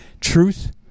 Truth